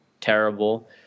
terrible